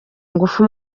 ngufu